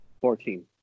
Fourteen